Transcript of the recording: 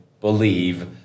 believe